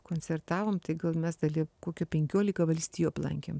koncertavom tai gal mes dali kokį penkioliką valstijų aplankėm